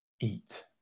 eat